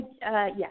Yes